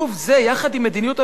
יחד עם מדיניות הממשלה,